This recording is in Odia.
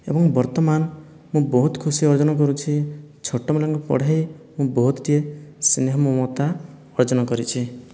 ଏବଂ ବର୍ତ୍ତମାନ ମୁଁ ବହୁତ ଖୁସି ଅର୍ଜନ କରୁଛି ଛୋଟମାନଙ୍କୁ ପଢ଼ାଇ ମୁଁ ବହୁତଟିଏ ସ୍ନେହ ମମତା ଅର୍ଜନ କରିଛି